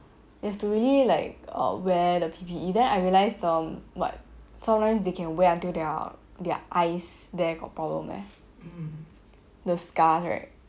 you have to really like uh wear the P_P_E then I realised um what sometimes they can wear until their their eyes there got problem leh the scars right